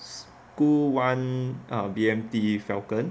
school [one] um B_M_T falcon